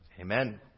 Amen